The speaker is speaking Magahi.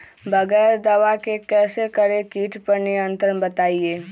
बगैर दवा के कैसे करें कीट पर नियंत्रण बताइए?